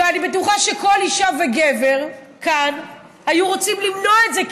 ואני בטוחה שכל אישה וגבר כאן היו רוצים למנוע את זה,